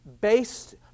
based